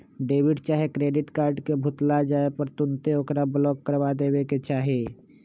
debit चाहे credit card के भुतला जाय पर तुन्ते ओकरा ब्लॉक करबा देबेके चाहि